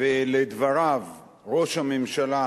שלדבריו ראש הממשלה